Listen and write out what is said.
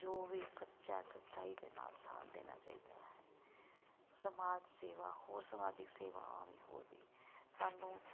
ਜੋ ਵੀ ਸੱਚਾ ਸੱਚਾਈ ਦੇ ਨਾਲ ਸਾਥ ਦੇਣਾ ਚਾਹੀਦਾ ਹੈ ਸਮਾਜ ਸੇਵਾ ਹੋਰ ਸਮਾਜਿਕ ਸੇਵਾਵਾਂ ਵੀ ਹੋਰ ਵੀ ਸਾਨੂੰ